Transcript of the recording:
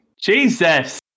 Jesus